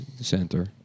Center